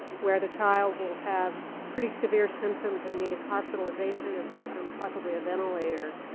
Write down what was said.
where the child will have pretty severe symptoms and need hospitalization and possibly a ventilator.